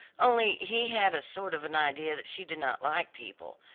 only he had a sort of an idea that she did not like people,